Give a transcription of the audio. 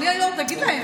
תגיד להם.